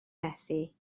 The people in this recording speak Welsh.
methu